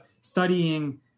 studying